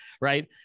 right